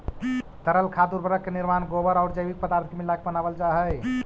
तरल खाद उर्वरक के निर्माण गोबर औउर जैविक पदार्थ के मिलाके बनावल जा हई